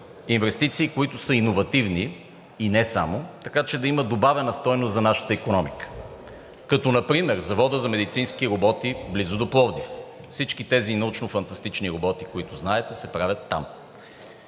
инвестиции, които са иновативни и не само, така че да има добавена стойност за нашата икономика, като например Заводът за медицински роботи близо до Пловдив – всички тези научно-фантастични роботи, които знаете се правят там.